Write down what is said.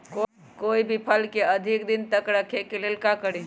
कोई भी फल के अधिक दिन तक रखे के लेल का करी?